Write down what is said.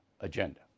agenda